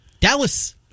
Dallas